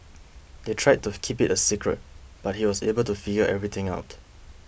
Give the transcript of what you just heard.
they tried to keep it a secret but he was able to figure everything out